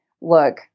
look